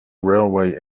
railway